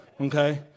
Okay